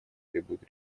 требует